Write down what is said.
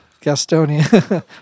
Gastonia